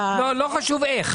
בסדר, לא חשוב איך.